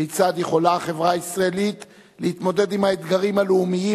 כיצד יכולה החברה הישראלית להתמודד עם האתגרים הלאומיים,